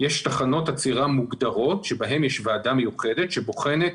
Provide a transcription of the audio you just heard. כאשר יש תחנות עצירה מוגדרות בהן יש ועדה מיוחדת שבוחנת